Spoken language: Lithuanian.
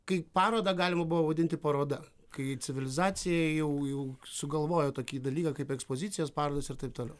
kai parodą galima buvo vadinti paroda kai civilizacija jau jau sugalvojo tokį dalyką kaip ekspozicijos parodos ir taip toliau